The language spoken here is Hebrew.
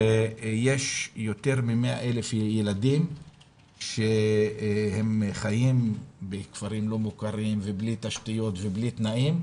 שיש יותר מ-100,000 ילדים שחיים בכפרים לא מוכרים ובלי תשתיות ותנאים,